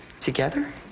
together